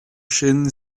chênes